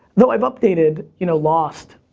though i've updated you know lost,